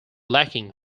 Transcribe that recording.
lacking